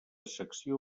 secció